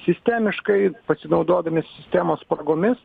sistemiškai pasinaudodami sistemos spragomis